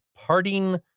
Parting